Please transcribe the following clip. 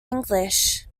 english